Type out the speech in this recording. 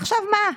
ועכשיו מה,